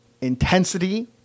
intensity